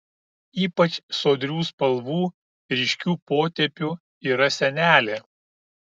ypač sodrių spalvų ryškių potėpių yra senelė